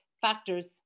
factors